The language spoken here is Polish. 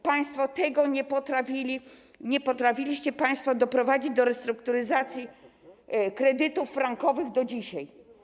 Państwo tego nie potrafili, nie potrafiliście państwo doprowadzić do restrukturyzacji kredytów frankowych do dzisiaj.